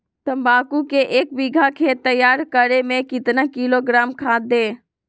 तम्बाकू के एक बीघा खेत तैयार करें मे कितना किलोग्राम खाद दे?